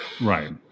right